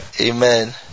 Amen